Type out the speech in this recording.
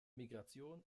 migration